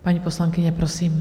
Paní poslankyně, prosím.